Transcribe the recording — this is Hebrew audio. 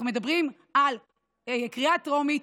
אנחנו מדברים על קריאה טרומית.